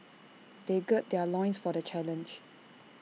they gird their loins for the challenge